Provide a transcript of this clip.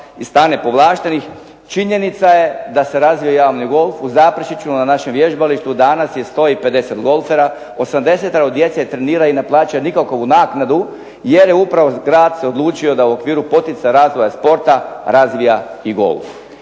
se./… povlaštenih, činjenica je da se razvio javni golf u Zaprešiću na našem vježbalištu danas je 150 golfera, 80-ero djece trenira i ne plaćaju nikakovu naknadu jer je upravo grad se odlučio da u okviru poticaja razvoja sporta razvija i golf.